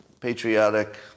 patriotic